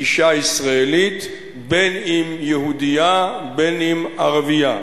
לאשה ישראלית, בין אם יהודייה, בין אם ערבייה,